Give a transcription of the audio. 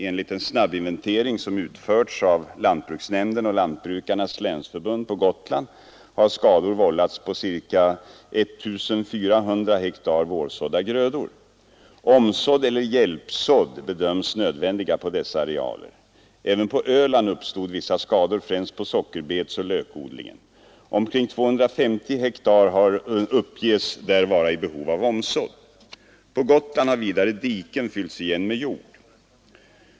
Enligt en snabbinventering som utförts av lantbruksnämnden och Lantbrukarnas länsförbund på Gotland har skador vållats på ca 1400 hektar vårsådda grödor. Omsådd eller hjälpsådd bedöms nödvändiga på dessa arealer. Även på Öland uppstod vissa skador främst på sockerbetsoch lökodlingen. Omkring 250 hektar uppges där vara i behov av omsådd. På Gotland har diken fyllts igen med jord.